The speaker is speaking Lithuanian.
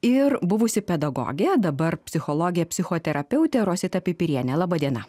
ir buvusi pedagogė dabar psichologė psichoterapeutė rosita pipirienė laba diena